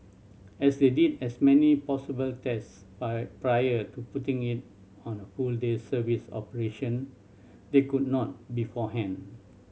as they did as many possible test prior to putting it on a full day service operation they could not beforehand